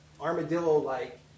armadillo-like